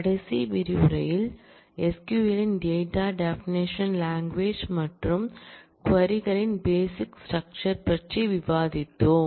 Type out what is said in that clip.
கடைசி விரிவுரையில் SQL இன் டேட்டா டெபானஷன் லாங்குவேஜ் மற்றும் க்வரி களின் பேசிக் ஸ்ட்ரக்ச்சர் பற்றி விவாதித்தோம்